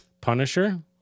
Punisher